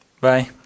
Bye